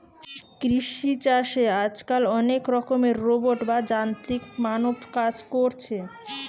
কৃষি চাষে আজকাল অনেক রকমের রোবট বা যান্ত্রিক মানব কাজ কোরছে